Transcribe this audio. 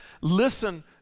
Listen